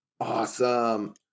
awesome